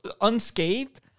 unscathed